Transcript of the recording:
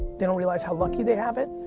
they don't realize how lucky they have it.